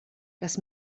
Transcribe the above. das